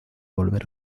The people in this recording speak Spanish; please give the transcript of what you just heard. volver